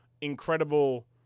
incredible